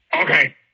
Okay